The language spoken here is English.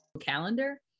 Calendar